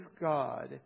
God